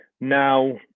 Now